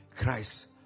Christ